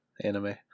anime